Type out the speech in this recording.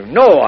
no